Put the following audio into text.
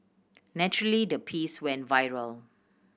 naturally the piece went viral